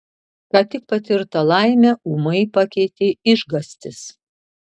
ką tik patirtą laimę ūmai pakeitė išgąstis